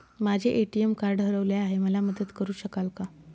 माझे ATM card हरवले आहे, मला मदत करु शकाल का?